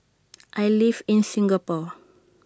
I live in Singapore